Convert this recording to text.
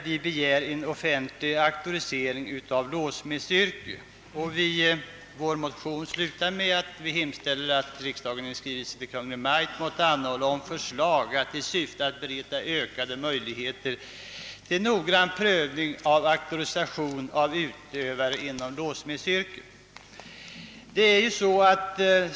Vi begär en offentlig auktorisering av låssmedsyrket och vår motion slutar med en hemställan, »att riksdagen i skrivelse till Kungl. Maj:t måtte anhålla om förslag i syfte att bereda ökade möjligheter till noggrann prövning och auktorisation av yrkesutövare inom låssmedsyrket».